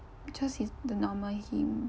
just he's the normal him